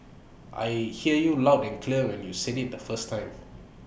I hear you loud and clear when you said IT the first time